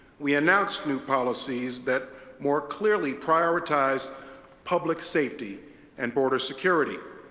we announced new policies that more clearly prioritize public safety and border security.